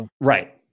Right